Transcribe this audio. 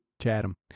Chatham